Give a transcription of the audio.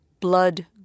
Blood